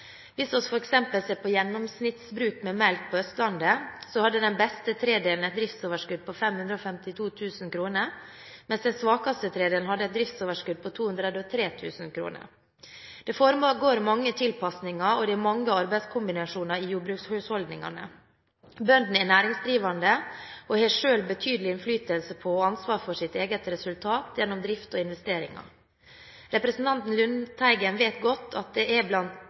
Hvis vi f.eks. ser på gjennomsnittsbruk med melk på Østlandet, hadde den beste tredelen et driftsoverskudd på 552 000 kr, mens den svakeste tredelen hadde et driftsoverskudd på 203 000 kr. Det foregår mange tilpasninger, og det er mange arbeidskombinasjoner i jordbrukshusholdningene. Bøndene er næringsdrivende og har selv betydelig innflytelse på – og ansvar for – sitt eget resultat gjennom drift og investeringer. Representanten Lundteigen vet godt at det er blant